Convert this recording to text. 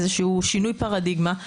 איזה שהוא שינוי פרדיגמה,